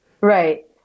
Right